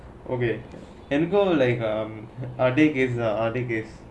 okay and go like um other place other place